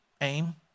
aim